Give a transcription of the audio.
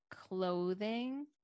clothing